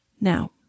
Now